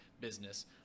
business